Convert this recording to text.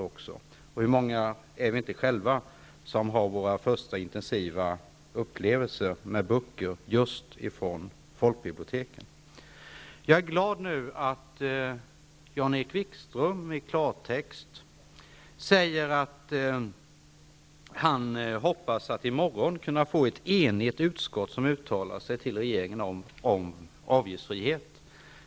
Och hur många av oss har inte fått sina första intensiva upplevelser med böcker genom böcker från folkbiblioteken? Jag är glad nu att Jan-Erik Wikström i klartext säger att han hoppas i morgon kunna få enighet i utskottet om att uttala sig till regeringen om avgiftsfriheten.